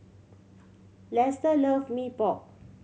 Lester love Mee Pok